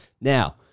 Now